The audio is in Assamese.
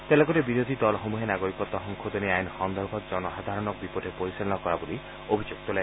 তেওঁ লগতে বিৰোধী দলসমূহে নাগৰিকত্ সংশোধনী আইন সন্দৰ্ভত জনসাধাৰণক বিপথে পৰিচালনা কৰা বুলি অভিযোগ তোলে